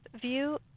view